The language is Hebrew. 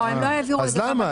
הם לא העבירו את הנוסח.